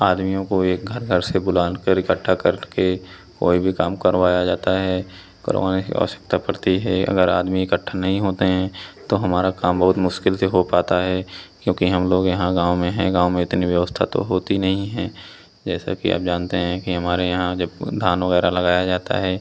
आदमियों को एक घर घर से बुलानकर इकट्ठा करके कोई भी काम करवाया जाता है करवाने की आवश्यकता पड़ती है अगर आदमी इकट्ठा नहीं होते हैं तो हमारा काम बहुत मुश्किल से हो पाता है क्योंकि हम लोग यहाँ गाँव में हैं गाँव में इतनी व्यवस्था तो होती नहीं है जैसा कि आप जानते हैं कि हमारे यहाँ जब धान वग़ैरह लगाया जाता है